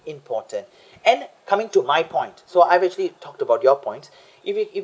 important and coming to my point so I've actually talked about your point if it if